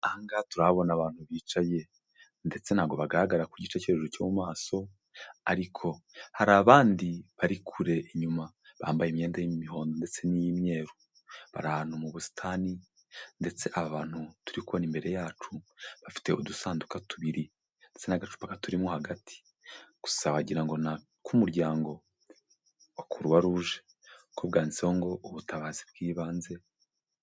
Ahanga turahabona abantu bicaye ndetse ntabwo bagaragara ku gice cyo hejuru cyo mu maso ariko hari abandi bari kure inyuma bambaye imyenda y'imihondo ndetse n'iy'imyeru, bari ahantu mu busitani ndetse aba bantu turi kubona imbere yacu bafite udusanduka tubiri n'agacupa turimo ndetse n'agacupa katurimo hagati, gusa wagira ngo ni ak'umuryango wa croix rouge kuko bwanditseho ngo ubutabazi bw'ibanze.